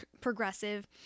progressive